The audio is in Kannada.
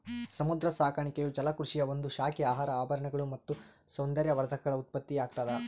ಸಮುದ್ರ ಸಾಕಾಣಿಕೆಯು ಜಲಕೃಷಿಯ ಒಂದು ಶಾಖೆ ಆಹಾರ ಆಭರಣಗಳು ಮತ್ತು ಸೌಂದರ್ಯವರ್ಧಕಗಳ ಉತ್ಪತ್ತಿಯಾಗ್ತದ